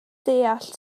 deall